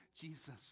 Jesus